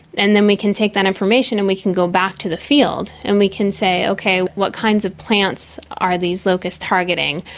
and then we can take that information and we can go back to the field and we can say, okay, what kinds of plants are these locusts targeting?